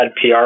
PR